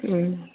उम